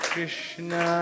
Krishna